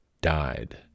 died